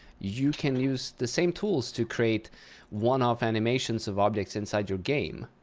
you can use the same tools to create one-off animations of objects inside your game.